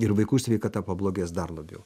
ir vaikų sveikata pablogės dar labiau